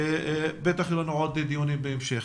בטח יהיו לנו עוד דיונים בהמשך.